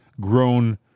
grown